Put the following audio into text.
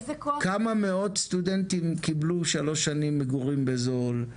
כמה מאות סטודנטים קיבלו שלוש שנים מגורים בזול,